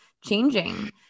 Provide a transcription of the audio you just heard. changing